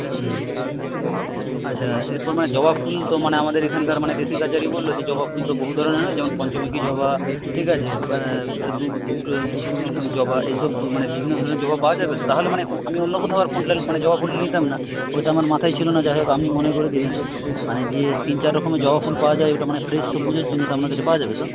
হুম আচ্ছা এরপর মানে জবা ফুল তো মানে আমাদের এখানকার মানে দেশি গাছেরই বলুন যে জবা ফুল তো বহু ধরনের হয় যেমন পঞ্চমুখী জবা ঠিক আছে দু ফুল জবা এই সব দু মানে বিভিন্ন ধরণের জবা পাওয়া যাবে তো তাহলে মানে আমি অন্য কোথাও আর মানে জবা ফুলটা নিতাম না ওইটা আমার মাথায় ছিল না যাই হোক আপনি মনে করিয়ে দিলেন মানে যে তিন চার রকমের জবা ফুল পাওয়া যায় ওটা মানে ফ্রেশ তো পুজোর জন্য ওটা আপনার কাছে পাওয়া যাবে তো